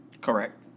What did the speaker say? Correct